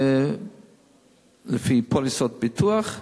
לפי פוליסות ביטוח,